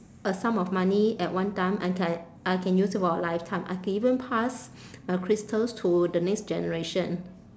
a sum of money at one time I can I can use it for a lifetime I can even pass my crystals to the next generation